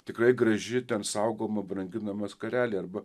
tikrai graži ten saugoma branginama skarelė arba